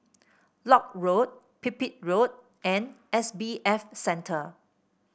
Lock Road Pipit Road and S B F Center